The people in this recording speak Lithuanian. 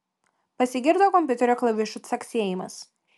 pasigirdo kompiuterio klavišų caksėjimas